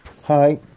Hi